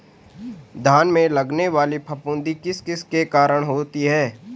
धान में लगने वाली फफूंदी किस किस के कारण होती है?